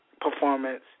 performance